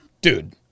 Dude